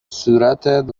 صورتت